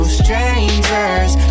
strangers